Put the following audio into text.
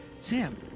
Sam